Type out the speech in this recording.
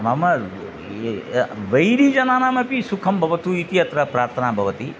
मम वैरिजनानामपि सुखं भवतु इति अत्र प्रार्थना भवति